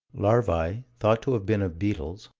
larvae thought to have been of beetles,